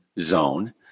zone